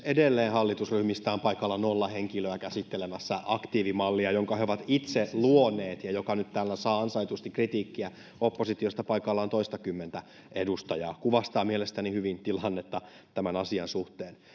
edelleen hallitusryhmistä on paikalla nolla henkilöä käsittelemässä aktiivimallia jonka he ovat itse luoneet ja joka nyt täällä saa ansaitusti kritiikkiä oppositiosta paikalla on toistakymmentä edustajaa tämä kuvastaa mielestäni hyvin tilannetta tämän asian suhteen